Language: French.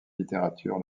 littérature